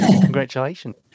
Congratulations